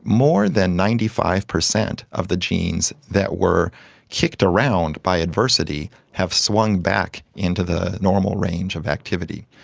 more than ninety five percent of the genes that were kicked around by adversity have swung back into the normal range of activity.